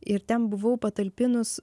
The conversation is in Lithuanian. ir ten buvau patalpinus